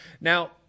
Now